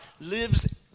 lives